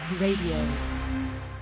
Radio